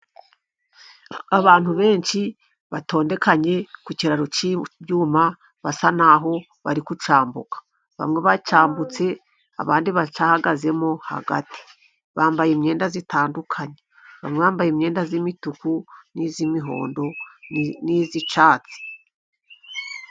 Abantu benshi batondekanye ku kiraro cy'ibyuma basa naho bari gucambuka. Bamwe bacyambutse abandi bahagazemo hagati. Bambaye imyenda itandukanye bamwe bambaye imyenda y'imituku, n'iy'imihondo, n'iy'icatsi.